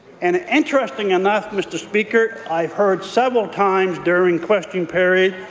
and interesting enough, mr. speaker, i've heard several times during question period,